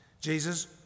Jesus